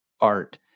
art